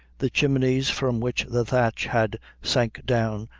the chimneys, from which the thatch had sank down,